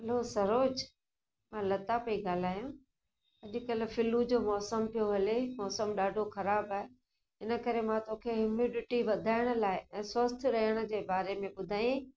हलो सरोज मां लता पई ॻाल्हायां अॼकल्ह फ़्लू जो मौसम पियो हले मौसम ॾाढो ख़राब आहे इन करे मां तोखे इम्यूडिटी वधाइण लाइ ऐं स्वस्थ्यु रहण जे बारे में ॿुधायईं